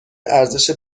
ارزش